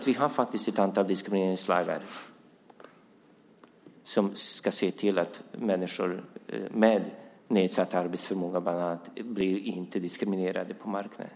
Vi har faktiskt ett antal diskrimineringslagar som ska se till att människor med bland annat nedsatt arbetsförmåga inte blir diskriminerade på marknaden.